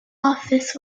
office